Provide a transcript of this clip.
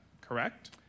Correct